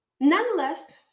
Nonetheless